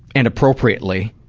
and appropriately